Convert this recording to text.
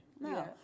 No